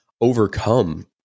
overcome